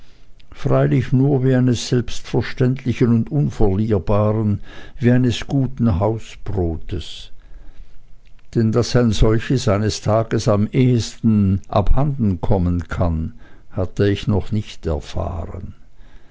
freilich nur wie eines selbstverständlichen und unverlierbaren wie eines guten hausbrotes denn daß ein solches eines tages am ehesten abhanden kommen kann hatte ich noch nicht erfahren